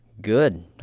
good